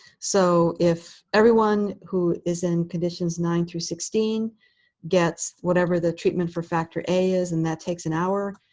so if everyone who is in conditions nine through sixteen gets whatever the treatment for factor a is, and that takes an hour,